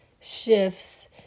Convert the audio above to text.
shifts